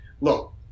look